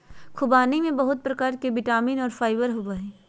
ख़ुबानी में बहुत प्रकार के विटामिन और फाइबर होबय हइ